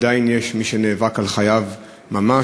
עדיין יש מי שנאבק על חייו ממש,